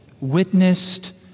witnessed